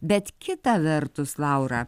bet kita vertus laura